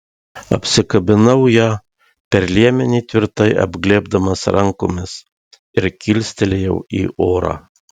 apsikabinau ją per liemenį tvirtai apglėbdamas rankomis ir kilstelėjau į orą